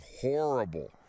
horrible